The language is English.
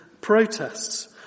protests